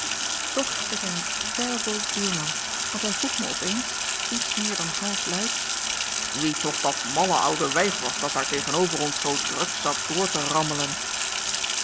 toch is hij een terrible buurman want hij vroeg me opeens iets meer dan halfluid wie toch dat malle oude wijf was dat daar tegenover ons zoo druk zat door te rammelen